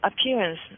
appearance